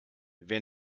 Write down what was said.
wer